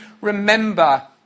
remember